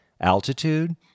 altitude